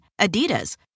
Adidas